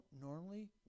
normally